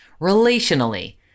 Relationally